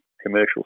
commercial